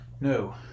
No